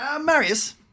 Marius